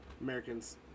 americans